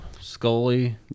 Scully